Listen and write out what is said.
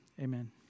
Amen